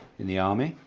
in the army,